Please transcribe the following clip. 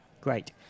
great